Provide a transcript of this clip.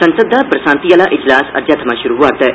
संसद दा बरसांती आह्ला इजलास अज्जै थमां शुरु होआ'रदा ऐ